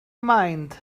mind